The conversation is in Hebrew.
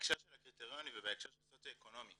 בהקשר של הקריטריונים ובהקשר של סוציו אקונומי,